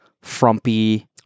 frumpy